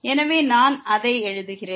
எனவே நான் அதை எழுதுகிறேன்